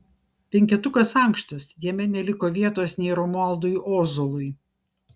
penketukas ankštas jame neliko vietos nei romualdui ozolui